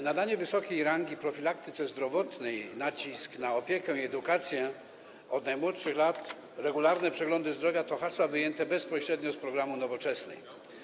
Nadanie wysokiej rangi profilaktyce zdrowotnej, nacisk na opiekę i edukację od najmłodszych lat, regularne przeglądy zdrowia to hasła wyjęte bezpośrednio z programu Nowoczesnej.